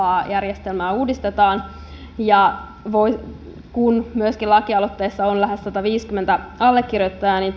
perhevapaajärjestelmää uudistetaan ja kun myöskin lakialoitteessa on lähes sataviisikymmentä allekirjoittajaa niin